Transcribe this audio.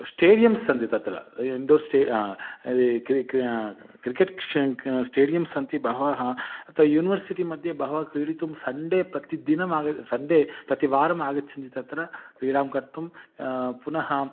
stadiums सन्ति तत्र indoor श्टे यदि क्रि क्रि क्रिकेट् क्ष् क् श्टेडियम् सन्ति बहवः तत्र युनिवर्सिटिमध्ये बहवः क्रीडितुं सन्डे प्रतिदिनम् आगतं सन्डे प्रतिवारम् आगच्छन्ति तत्र क्रीडां कर्तुं पुनः